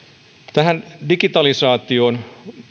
tähän digitalisaatioon